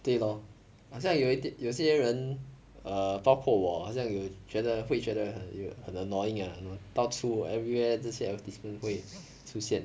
对 lor 好像有一点有些人 err 包括我好像有觉得会觉得很有很 annoying ah you know 到处 everywhere 这些 advertisement 会出现